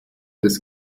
des